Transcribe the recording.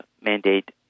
mandate